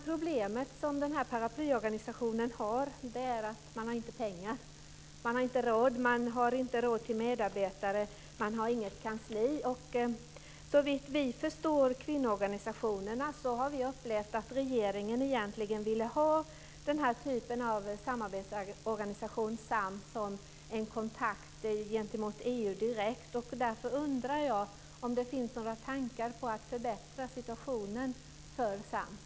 Problemet som denna paraplyorganisation har är att man inte har pengar. Man har inte råd med medarbetare. Man har inget kansli. Vi förstår på kvinnoorganisationerna att de har upplevt att regeringen egentligen ville ha denna typ av samarbetsorganisation som en kontakt direkt gentemot EU. Därför undrar jag om det finns några tankar på att förbättra situationen för Sams.